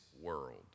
world